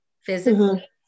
physically